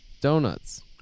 donuts